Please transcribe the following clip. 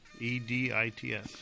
E-D-I-T-S